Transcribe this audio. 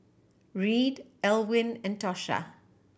Reid Elwyn and Tosha